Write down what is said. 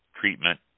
treatment